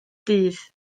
dydd